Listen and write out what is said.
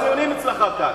לקבל ציונים אצלך כאן,